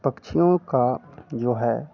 पक्षियों का जो है